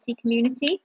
community